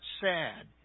sad